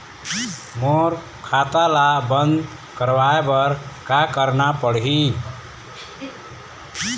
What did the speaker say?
मोर खाता ला बंद करवाए बर का करना पड़ही?